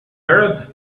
arab